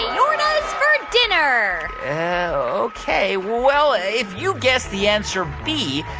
aortas for dinner ah ok. well, if you guessed the answer b,